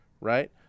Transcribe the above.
Right